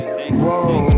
Whoa